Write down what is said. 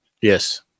Yes